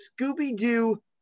Scooby-Doo